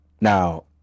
Now